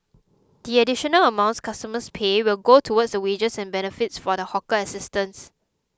the additional amounts customers pay will go towards the wages and benefits for the hawker assistants